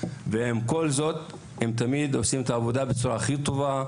ובכל זאת הם תמיד עושים את העבודה בצורה הכי טובה,